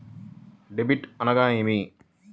Debit అనగానేమి?